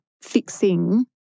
fixing